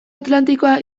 atlantikoa